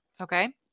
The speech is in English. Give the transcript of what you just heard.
Okay